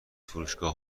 فروشگاه